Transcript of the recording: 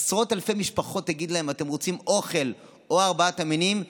לעשרות אלפי משפחות תגיד: אתם רוצים אוכל או ארבעת המינים,